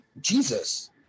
Jesus